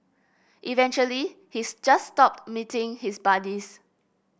eventually he's just stopped meeting his buddies